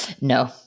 No